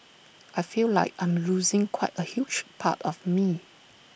I feel like I'm losing quite A huge part of me